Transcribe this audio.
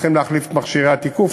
צריכים להחליף את מכשירי התיקוף,